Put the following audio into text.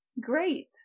great